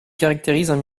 caractérisent